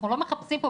אנחנו לא מחפשים פה,